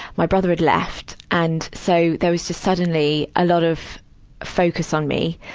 my brother had left. and, so, there was just suddenly a lot of focus on me.